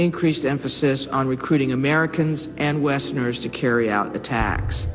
increased emphasis on recruiting americans and westerners to carry out attacks